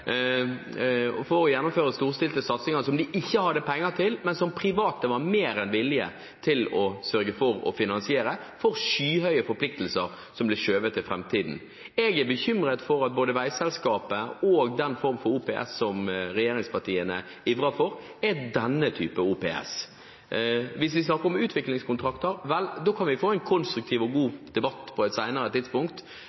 buksen, for å gjennomføre storstilte satsinger – «tisse i buksen» for å holde seg varm, president, det må da være innenfor – som de ikke hadde penger til, men som private var mer enn villige til å sørge for å finansiere for skyhøye forpliktelser som ble skjøvet inn i framtiden. Jeg er bekymret for at både veiselskapet og den form for OPS som regjeringspartiene ivrer for, er denne type OPS. Hvis vi snakker om utviklingskontrakter, kan vi